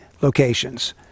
locations